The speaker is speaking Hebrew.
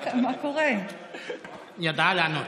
ידעה לענות.